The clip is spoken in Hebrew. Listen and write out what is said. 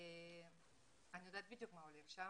אני לרשותך,